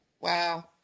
wow